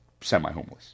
semi-homeless